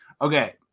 Okay